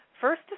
First